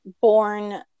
born